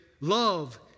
love